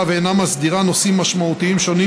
ואינה מסדירה נושאים משמעותיים שונים,